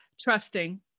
trusting